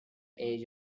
age